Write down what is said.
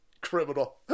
Criminal